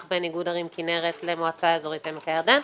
בין איגוד ערים כנרת למועצה אזורית עמק הירדן,